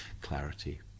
clarity